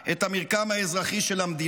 את המרקם האזרחי של המדינה",